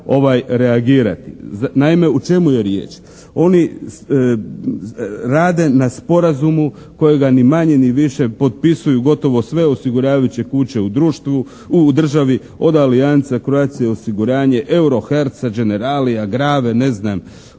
treba reagirati. Naime, o čemu je riječ. Oni rade na sporazumu kojega ni manje, ni više potpisuju gotovo sve osiguravajuće kuće u društvu, u državi od Alianza, Croatia osiguranje, Euro herca, Generalia, Grawe, ne znam